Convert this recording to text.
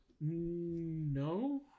no